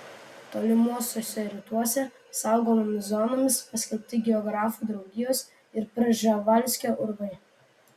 tolimuosiuose rytuose saugomomis zonomis paskelbti geografų draugijos ir prževalskio urvai